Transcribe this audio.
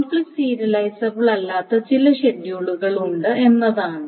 conflict serializable അല്ലാത്ത ചില ഷെഡ്യൂളുകൾ ഉണ്ട് എന്നതാണ്